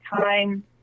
time